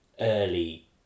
early